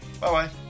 Bye-bye